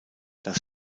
das